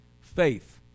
Faith